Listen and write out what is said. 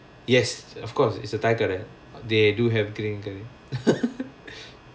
yes of course it's a thai கடே:kadae they do have green curry